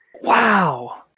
Wow